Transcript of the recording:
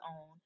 own